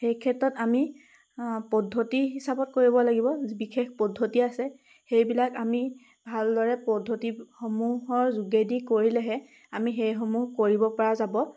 সেই ক্ষেত্ৰত আমি পদ্ধতি হিচাপত কৰিব লাগিব বিশেষ পদ্ধতি আছে সেইবিলাক আমি ভালদৰে পদ্ধতিসমূহৰ যোগেদি কৰিলেহে আমি সেইসমূহ কৰিবপৰা যাব